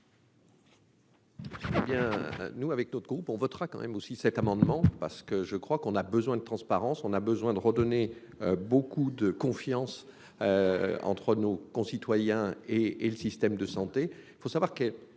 nous avec notre groupe, on votera quand même aussi cet amendement parce que je crois qu'on a besoin de transparence, on a besoin de redonner beaucoup de confiance entre nos concitoyens et et le système de santé,